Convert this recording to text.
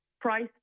price